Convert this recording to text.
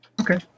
Okay